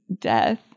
death